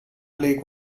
lake